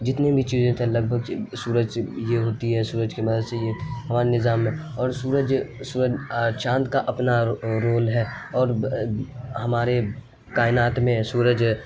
جتنی بھی چیزیں تھے لگ بھگ سورج سے یہ ہوتی ہے سورج کی مدد سے یہ ہمارے نظام میں اور سورج سورج چاند کا اپنا رول ہے اور ہمارے کائنات میں سورج